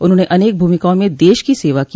उन्होंने अनेक भूमिकाओं में देश की सेवा की